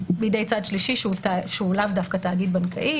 בידי צד שלישי שהוא לאו דווקא תאגיד בנקאי,